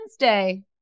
Wednesday